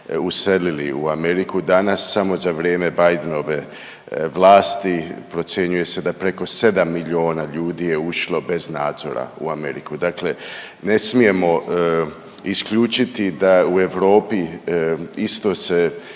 uselili u Ameriku. Danas samo za vrijeme Bidenove vlasti procjenjuje se da preko 7 miliona ljudi je ušlo bez nadzora u Ameriku. Dakle, ne smijemo isključiti da u Europi isto se